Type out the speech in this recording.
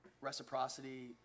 reciprocity